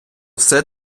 все